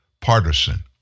partisan